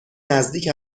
نزدیک